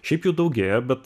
šiaip jų daugėja bet